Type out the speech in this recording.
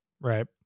Right